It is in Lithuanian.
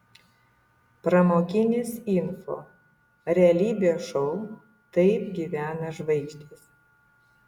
pramoginis info realybės šou taip gyvena žvaigždės